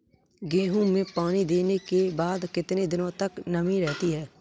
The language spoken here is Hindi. गेहूँ में पानी देने के बाद कितने दिनो तक नमी रहती है?